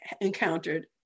encountered